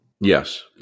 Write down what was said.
Yes